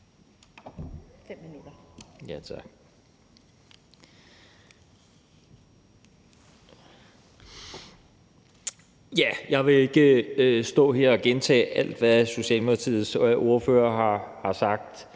Jeg vil ikke stå her og gentage alt, hvad Socialdemokratiets ordfører har sagt,